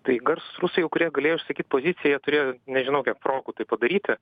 tai garsūs rusai jau kurie galėjo išsakyt poziciją jie turėjo nežinau kiek progų tai padaryti